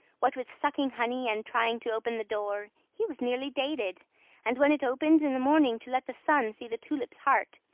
what with sucking honey and trying to open the door, he was nearly dated and when it opened in the morning to let the sun see the tulip's heart,